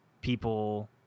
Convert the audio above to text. people